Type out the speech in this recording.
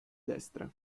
destra